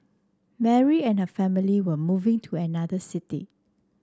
Mary and her family were moving to another city